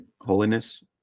holiness